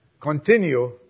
continue